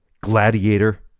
Gladiator